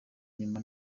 inyuma